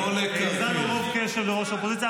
האזנו רוב קשב לראש האופוזיציה,